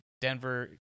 Denver